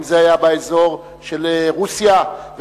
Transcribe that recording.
אם זה היה באזור של רוסיה וברית-המועצות,